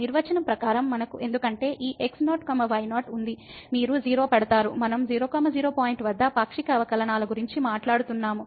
నిర్వచనం ప్రకారం మనకు ఎందుకంటే ఈ x0 y0 ఉంది మీరు 0 పెడతారు మనం 00 పాయింట్ వద్ద పాక్షిక అవకలనాలు గురించి మాట్లాడుతున్నాము